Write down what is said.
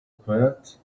poet